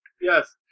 Yes